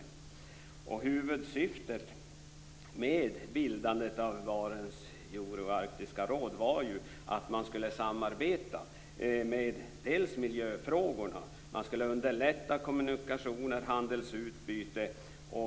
Huvudsyftet med bildandet av Barents euro-arktiska råd var ju att man skulle samarbeta om bl.a. miljöfrågorna. Man skulle underlätta kommunikationer och handelsutbyte.